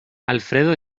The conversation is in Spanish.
alfredo